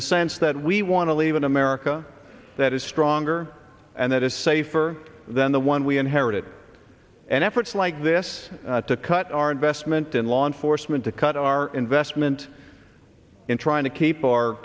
the sense that we want to leave an america that is stronger and that is safer than the one we inherited and efforts like this to cut our investment in law enforcement to cut our investment in trying to keep our